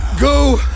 go